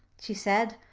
she said,